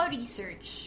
research